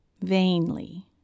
vainly